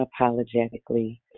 unapologetically